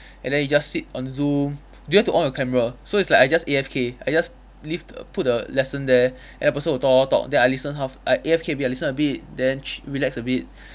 and then you just sit on zoom don't have to on your camera so it's like I just A_F_K I just leave the put the lesson there and the person will talk and talk then I listen half I A_F_K a bit I listen a bit then ch~ relax a bit